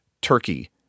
turkey